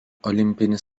olimpinis